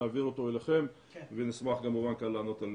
נעביר אותו אליכם ונשמח כמובן לענות על